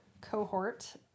cohort